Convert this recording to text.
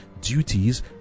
duties